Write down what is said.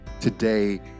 Today